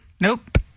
Nope